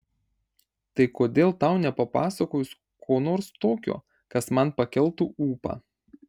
tai kodėl tau nepapasakojus ko nors tokio kas man pakeltų ūpą